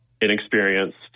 inexperienced